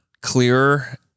clearer